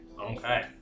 Okay